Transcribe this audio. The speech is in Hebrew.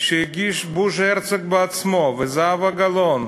שהגיש בוז'י הרצוג בעצמו, וזהבה גלאון,